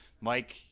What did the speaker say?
Mike